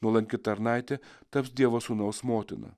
nuolanki tarnaitė taps dievo sūnaus motina